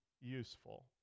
useful